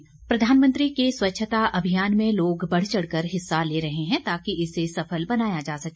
VO प्रधानमंत्री के स्वच्छता अभियान में लोग बढ़ चढ़ कर हिस्सा ले रहे हैं ताकि इसे सफल बनाया जा सके